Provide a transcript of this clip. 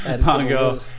Pongo